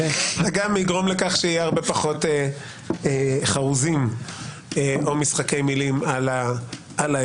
זה גם יגרום לכך שיהיו הרבה פחות חרוזים או משחקי מילים על האירוע.